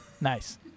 Nice